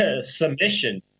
submission